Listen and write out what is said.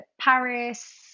Paris